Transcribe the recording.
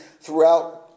throughout